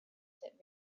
that